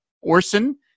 orson